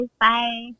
bye